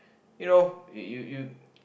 you know you you you